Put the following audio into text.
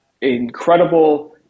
incredible